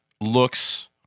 looks